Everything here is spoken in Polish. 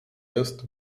jest